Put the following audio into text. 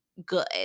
good